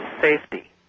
safety